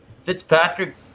Fitzpatrick